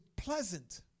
Pleasant